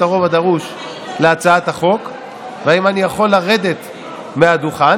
הרוב הדרוש להצעת החוק והאם אני יכול לרדת מהדוכן.